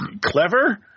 Clever